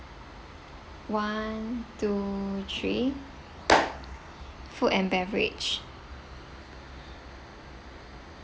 one two three food and beverage